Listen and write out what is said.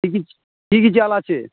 কী কী চাল কী কী চাল আছে